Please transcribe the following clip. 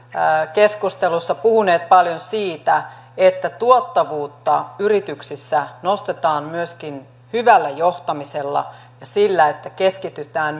keskustelussa puhuneet paljon siitä että tuottavuutta yrityksissä nostetaan myöskin hyvällä johtamisella ja sillä että keskitytään